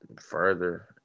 further